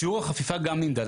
שיעור החפיפה גם נמדד.